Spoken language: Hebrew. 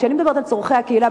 כשאני מדברת על צורכי הקהילה,